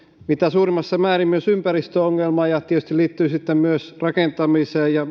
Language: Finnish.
mitä suurimmassa määrin myös ympäristöongelmia ja ja tietysti liittyvät sitten myös rakentamiseen ja